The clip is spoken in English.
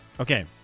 Okay